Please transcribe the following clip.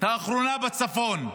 האחרונה בצפון,